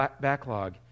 backlog